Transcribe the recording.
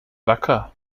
wacker